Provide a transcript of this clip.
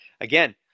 again